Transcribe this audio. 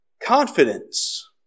confidence